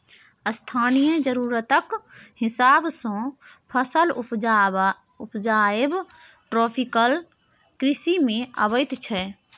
स्थानीय जरुरतक हिसाब सँ फसल उपजाएब ट्रोपिकल कृषि मे अबैत छै